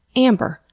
amber.